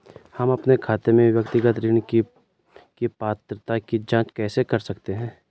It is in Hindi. हम अपने खाते में व्यक्तिगत ऋण की पात्रता की जांच कैसे कर सकते हैं?